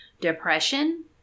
depression